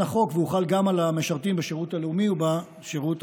בוועדת הפנים והגנת הסביבה להכנה לקריאה שנייה ושלישית.